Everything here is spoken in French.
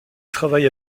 travaille